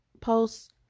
posts